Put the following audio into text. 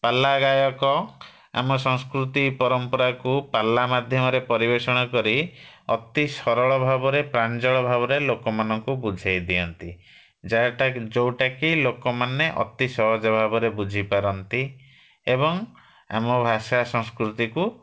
ପାଲା ଗାୟକ ଆମ ସଂସ୍କୃତି ପରମ୍ପରାକୁ ପାଲା ମାଧ୍ୟମରେ ପରିବେଷଣ କରି ଅତି ସରଳ ଭାବରେ ପ୍ରାଞ୍ଜଳ ଭାବରେ ଲୋକମାନଙ୍କୁ ବୁଝେଇ ଦିଅନ୍ତି ଯାହାଟା ଯେଉଁଟା କି ଲୋକମାନେ ଅତି ସହଜ ଭାବରେ ବୁଝିପାରନ୍ତି ଏବଂ ଆମ ଭାଷା ସଂସ୍କୃତିକୁ